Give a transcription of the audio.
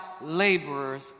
laborers